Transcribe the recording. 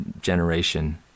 generation